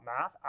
math